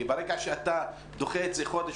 כי ברגע שאתה דוחה את זה חודש,